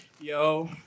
Yo